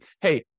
hey